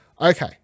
Okay